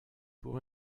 pour